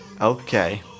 okay